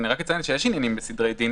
אני רק אציין שיש עניינים בסדרי דין